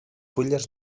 fulles